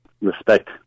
respect